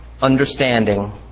understanding